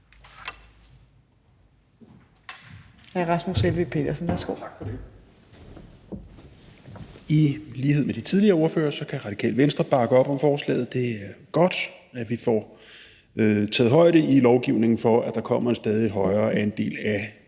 I lighed med de tidligere ordførere kan Radikale Venstre bakke op om forslaget. Det er godt, at vi i lovgivningen får taget højde for, at der kommer en stadig højere andel af